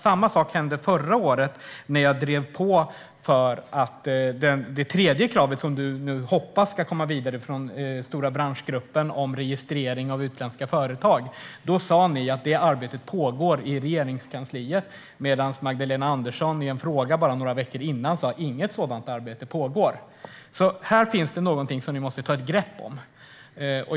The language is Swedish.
Samma sak hände förra året när jag drev på för att det tredje kravet, som du nu hoppas ska komma vidare från Stora branschgruppen om registrering av utländska företag. Då sa ni att det arbetet pågår i Regeringskansliet, medan Magdalena Andersson som svar på en fråga bara några veckor tidigare sa att inget sådant arbete pågår. Här finns det något som ni måste ta ett grepp om.